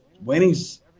winnings